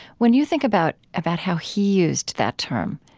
when you think about about how he used that term,